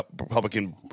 Republican